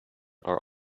are